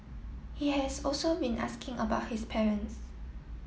he has also been asking about his parents